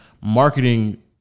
Marketing